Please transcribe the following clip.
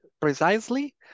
precisely